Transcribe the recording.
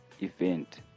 event